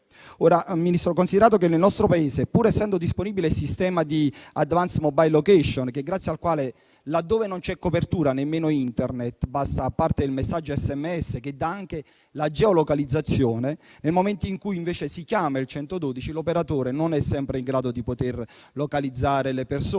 Ministro, nel nostro Paese è disponibile il sistema di *advanced mobile location*, grazie al quale, laddove non c'è copertura (nemmeno Internet), parte il messaggio SMS, che dà anche la geolocalizzazione; nel momento in cui, invece, si chiama il 112, l'operatore non è sempre in grado di localizzare le persone